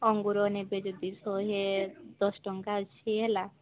ଅଙ୍ଗୁର ନେବେ ଯଦି ଶହେ ଦଶ ଟଙ୍କା ଅଛି ହେଲା